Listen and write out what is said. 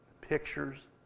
Pictures